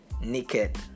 naked